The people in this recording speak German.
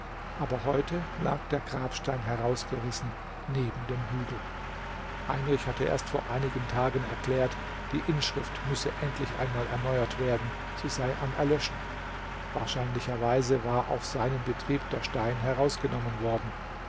aber heute lag der grabstein herausgerissen neben dem hügel heinrich hatte erst vor einigen tagen erklärt die inschrift müsse endlich einmal erneuert werden sie sei am erlöschen wahrscheinlicherweise war auf seinen betrieb der stein herausgenommen worden